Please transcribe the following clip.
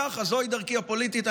ככה, זוהי דרכי הפוליטית.